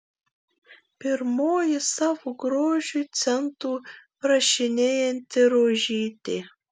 pirmoji savo grožiui centų prašinėjanti rožytė